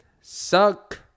suck